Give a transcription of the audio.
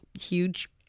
huge